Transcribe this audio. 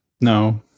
No